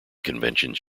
conventions